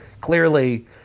clearly